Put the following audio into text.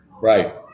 Right